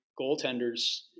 goaltenders